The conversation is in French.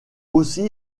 aussi